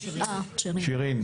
את גב' שירין,